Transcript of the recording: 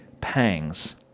pangs